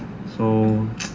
so